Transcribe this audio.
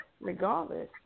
regardless